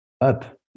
up